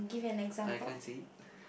I can't say it